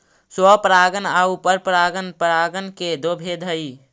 स्वपरागण आउ परपरागण परागण के दो भेद हइ